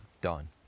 done